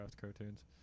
cartoons